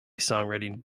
songwriting